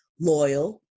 loyal